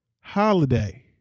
holiday